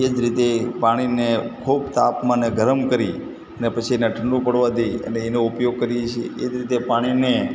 એ જ રીતે પાણીને ખૂબ તાપમાને ગરમ કરીને પછી એને ઠંડુ પડવા દઈ અને એનો ઉપયોગ કરીએ છીએ એ જ રીતે પાણીને